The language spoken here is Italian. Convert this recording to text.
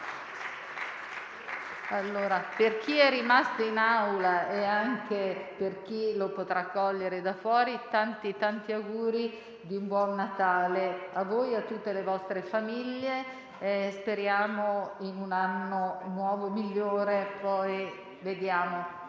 a chi è rimasto in Aula e anche a chi li potrà cogliere da fuori, rivolgo tanti auguri di un buon Natale a voi e a tutte le vostre famiglie, sperando in un anno nuovo migliore. Il 28